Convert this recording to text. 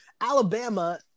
Alabama